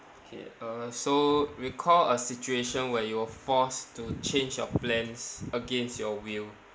K uh so recall a situation where you were forced to change your plans against your will